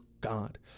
god